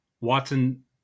Watson